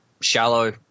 shallow